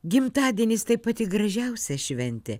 gimtadienis tai pati gražiausia šventė